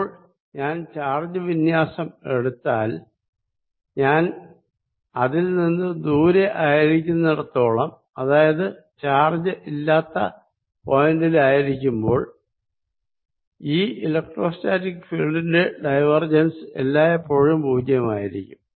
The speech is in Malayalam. അപ്പോൾ ഞാൻ ചാജ് വിന്യാസം എടുത്താൽ ഞാൻ അതിൽ നിന്നും ദൂരെ ആയിരിക്കുന്നിടത്തോളം അതായത് ചാർജ് ഇല്ലാത്ത ഒരു പോയിന്റ് ൽ ആയിരിക്കുമ്പോൾ ഈ ഇലക്ട്രോസ്റ്റാറ്റിക് ഫീൽഡിന്റെ ഡൈവർജൻസ് എല്ലായെപ്പോഴും പൂജ്യമായിരിക്കും